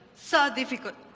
so difficult.